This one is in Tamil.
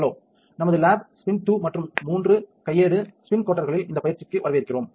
ஹலோ நமது லேப் ஸ்பின் 2 மற்றும் 3 கையேடு ஸ்பின் கோட்டர்களில் இந்த பயிற்சிக்கு வரவேற்கிறோம்